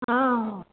हा